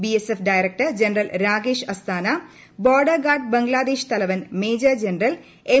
BSF director general Rakesh Asthana border guard Bangladesh തലവൻ major general M